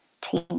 team